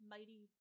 Mighty